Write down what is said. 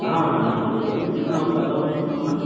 हाँ हाँ हाँ वही कितना उसका दाम कितना होगा